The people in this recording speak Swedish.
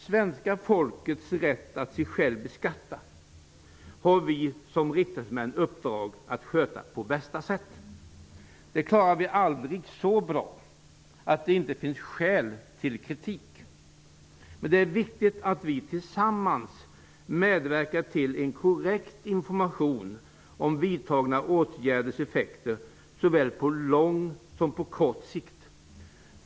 ''Svenska folkets rätt att sig självt beskatta'' har vi som riksdagmän uppdraget att sköta på bästa sätt. Det klarar vi aldrig så bra att det inte finns skäl till kritik. Men det är viktigt att vi tillsammans medverkar till en korrekt information om vidtagna åtgärders effekter på såväl lång som kort sikt.